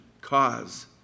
cause